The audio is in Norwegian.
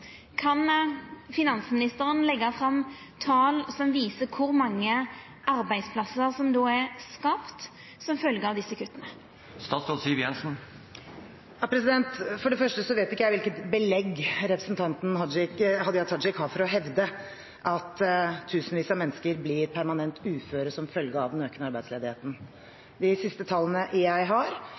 Kan finansministeren leggja fram tal som viser kor mange arbeidsplassar som er skapte som følgje av desse kutta?» For det første vet ikke jeg hvilket belegg representanten Hadia Tajik har for å hevde at tusenvis av mennesker blir permanent uføre som følge av den økende arbeidsledigheten. De siste tallene jeg har,